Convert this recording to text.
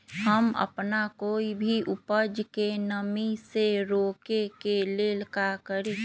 हम अपना कोई भी उपज के नमी से रोके के ले का करी?